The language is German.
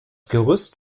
gerüst